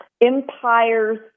Empires